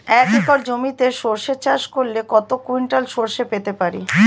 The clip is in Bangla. এক একর জমিতে সর্ষে চাষ করলে কত কুইন্টাল সরষে পেতে পারি?